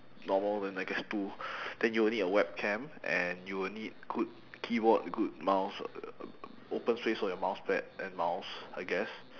normal then I guess two then you will need a web cam and you will need good keyboard good mouse uh open space for your mouse pad and mouse I guess